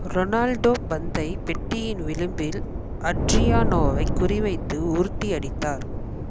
Ronaldo பந்தை பெட்டியின் விளிம்பில் அட்ரியானோவை குறிவைத்து உருட்டி அடித்தார்